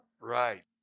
Right